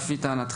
על פי טענתכם,